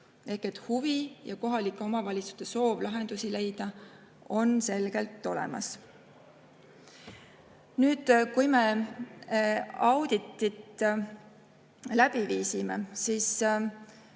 Huvi ja kohalike omavalitsuste soov lahendusi leida on selgelt olemas. Kui me auditit läbi viisime, siis